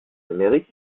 numérique